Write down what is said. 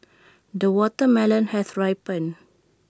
the watermelon has ripened